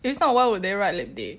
if not why would they write lip day